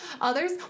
others